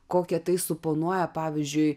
kokią tai suponuoja pavyzdžiui